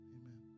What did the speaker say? Amen